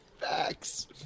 Facts